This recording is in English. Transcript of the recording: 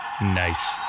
nice